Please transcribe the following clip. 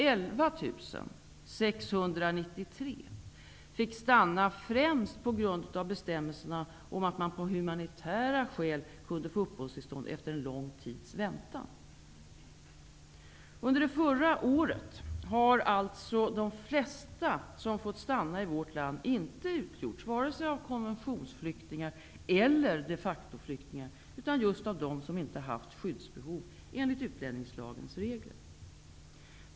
11 693 fick stanna främst på grund av bestämmelserna om att man på humanitära skäl kunde få uppehållstillstånd efter lång tids väntan. Under det förra året har alltså de flesta som fått stanna i vårt land inte utgjorts vare sig av konventionsflyktingar eller de facto-flyktingar utan just av dem som inte haft skyddsbehov enligt utlänningslagens regler.